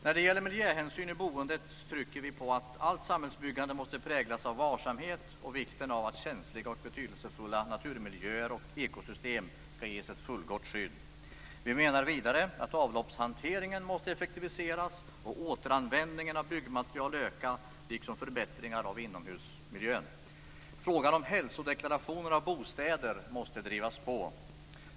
När det gäller miljöhänsyn i boendet trycker vi på att allt samhällsbyggande måste präglas av varsamhet och på vikten av att känsliga och betydelsefulla naturmiljöer och ekosystem ges ett fullgott skydd. Vi menar vidare att avloppshanteringen måste effektiviseras och återanvändningen av byggmaterial öka. Det måste också ske förbättringar av inomhusmiljön. Frågan om hälsodeklarationer av bostäder måste drivas på.